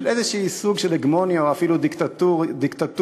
של איזה סוג של הגמוניה או אפילו דיקטטורה רעיונית,